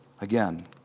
again